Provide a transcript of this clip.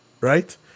right